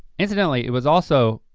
incidentally, it was also